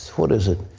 what is it?